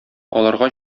аларга